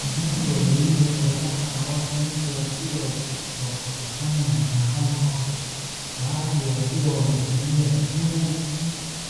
Jengo lililoporomoka na watu wengi wakiwa wakikusanya mahali hapo, baadhi wakiwa wametulia juu